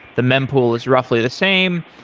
the mem pool is roughly the same,